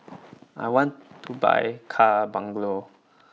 I want to buy car bungalow